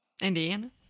Indiana